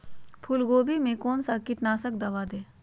फूलगोभी में कौन सा कीटनाशक दवा दे?